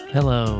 Hello